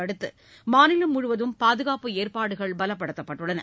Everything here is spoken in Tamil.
அடுத்து மாநிலம் முழுவதும் பாதுகாப்பு ஏற்பாடுகள் பலபடுத்தப்பட்டுள்ளன